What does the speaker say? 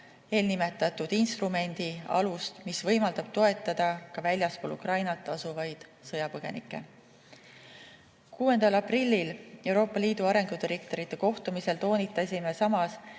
eelnimetatud instrumendi alust, mis võimaldab toetada ka väljaspool Ukrainat asuvaid sõjapõgenikke. 6. aprillil Euroopa Liidu arengu direktorite kohtumisel toonitasime